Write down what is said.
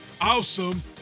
Awesome